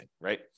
right